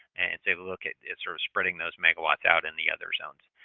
and so, they but looked at sort of spreading those megawatts out in the other zones.